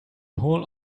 whole